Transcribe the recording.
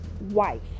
wife